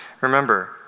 Remember